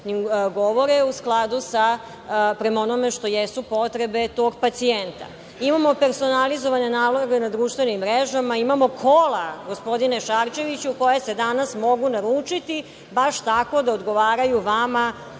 govore prema onome što jesu potrebe tog pacijenta. Imamo personalizovane naloge na društvenim mrežama, imamo kola, gospodine Šarčeviću, koja se danas mogu naručiti, baš tako da odgovaraju vama